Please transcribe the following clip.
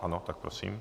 Ano, tak prosím.